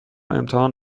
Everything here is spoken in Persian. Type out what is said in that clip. امتحان